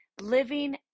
living